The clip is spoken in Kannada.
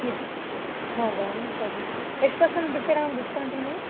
ಇದ್ಯಾ ಹೌದಾ ಸರಿ ಎಷ್ಟು ಪರ್ಸೆಂಟ್ ಬಿಡ್ತೀರಾ ಮ್ಯಾಮ್ ಡಿಸ್ಕೌಂಟಿಂಗ್